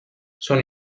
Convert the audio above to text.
sono